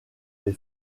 les